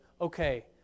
okay